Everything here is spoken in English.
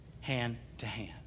hand-to-hand